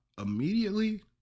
immediately